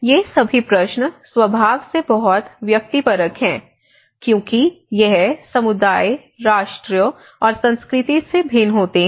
ये सभी प्रश्न स्वभाव से बहुत व्यक्तिपरक हैं क्योंकि यह समुदाय राष्ट्र और संस्कृति से भिन्न होते हैं